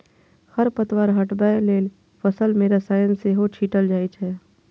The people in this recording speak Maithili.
खरपतवार हटबै लेल फसल मे रसायन सेहो छीटल जाए छै